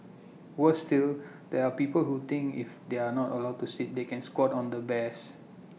worse still there are people who think if they are not allowed to sit they can squat on the bears